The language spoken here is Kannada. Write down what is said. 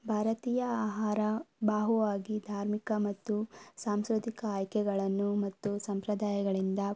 ಭಾರತೀಯ ಆಹಾರ ಬಹುವಾಗಿ ಧಾರ್ಮಿಕ ಮತ್ತು ಸಾಂಸ್ಕೃತಿಕ ಆಯ್ಕೆಗಳನ್ನು ಮತ್ತು ಸಂಪ್ರದಾಯಗಳಿಂದ